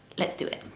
let's do it.